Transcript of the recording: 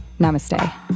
Namaste